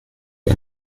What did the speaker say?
wir